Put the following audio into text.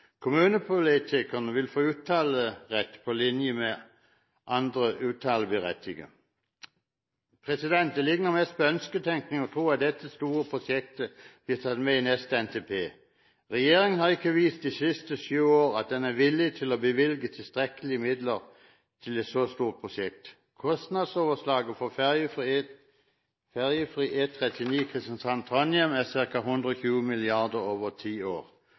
Kommunepolitikerne vil få uttalerett på linje med andre uttaleberettigede. Det ligner mest på ønsketenking å tro at dette store prosjektet blir tatt med i neste NTP. Regjeringen har ikke vist de siste sju år at den er villig til å bevilge tilstrekkelige midler til et så stort prosjekt. Kostnadsoverslaget for ferjefri E39 Kristiansand–Trondheim er ca. 120 mrd. kr over ti år.